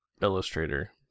Illustrator